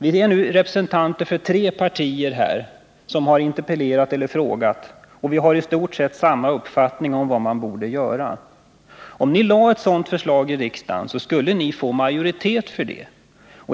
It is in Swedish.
Vi är representanter för tre partier som nu har interpellerat och frågat, och vi har i stort sett samma uppfattning om vad man borde göra. Om ni lade fram ett sådant förslag för riksdagen skulle ni få majoritet för det.